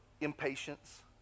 impatience